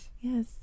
yes